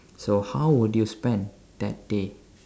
so how would you spend that day